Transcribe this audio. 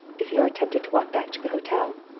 if you are tempted to walk back to the hotel